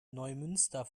neumünster